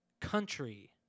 Country